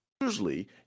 Usually